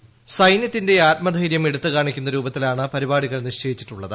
ഉെസ്റ്റ്യത്തിന്റെ ആത്മധൈര്യം എടുത്തു കാണിക്കുന്ന രൂപത്തിലാണ് പരിപാടികൾ നിശ്ചയിച്ചിട്ടുള്ളത്